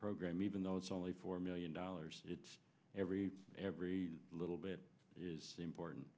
program even though it's only four million dollars it's every every little bit is important